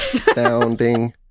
sounding